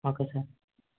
okay sir